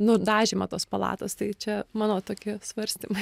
nudažymą tos palatos tai čia mano tokie svarstymai